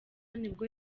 nibwo